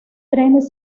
trenes